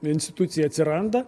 institucija atsiranda